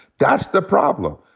that's the problem.